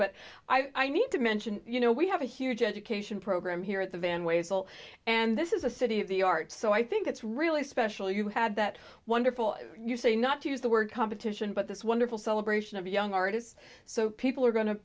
but i need to mention you know we have a huge education program here at the van way as well and this is a city of the art so i think it's really special you had that wonderful you say not to use the word competition but this wonderful celebration of young artists so people are go